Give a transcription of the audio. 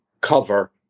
cover